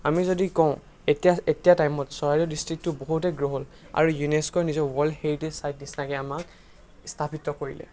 আমি যদি কওঁ এতিয়া এতিয়া টাইমত চৰাইদেউ ডিছট্ৰিক্টটো বহুতে গ্ৰ' হ'ল আৰু ইউনেস্ক'ই নিজৰ ৱৰ্ল্ড হেৰিটেজ ছাইট নিচিনাকৈ আমাক স্থাপিত কৰিলে